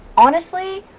honestly.